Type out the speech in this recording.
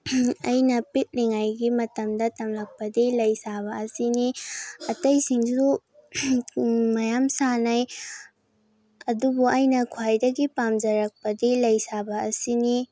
ꯑꯩꯅ ꯄꯤꯛꯂꯤꯉꯩꯒꯤ ꯃꯇꯝꯗ ꯇꯝꯂꯛꯄꯗꯤ ꯂꯩ ꯁꯥꯕ ꯑꯁꯤꯅꯤ ꯑꯇꯩꯁꯤꯡꯁꯨ ꯃꯌꯥꯝ ꯁꯥꯅꯩ ꯑꯗꯨꯕꯨ ꯑꯩꯅ ꯈ꯭ꯋꯥꯏꯗꯒꯤ ꯄꯥꯝꯖꯔꯛꯄꯗꯤ ꯂꯩ ꯁꯥꯕ ꯑꯁꯤꯅꯤ